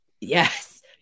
Yes